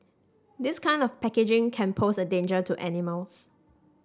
this kind of packaging can pose a danger to animals